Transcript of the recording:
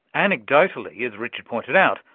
anecdotally, as richard pointed out,